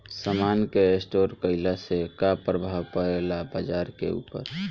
समान के स्टोर काइला से का प्रभाव परे ला बाजार के ऊपर?